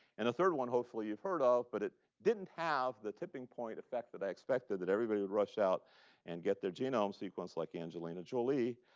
and a third one hopefully you've heard of, but it didn't have the tipping-point effect that i expected, that everybody would rush out and get their genome sequenced like angelina jolie.